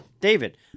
David